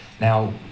now